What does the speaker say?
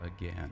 again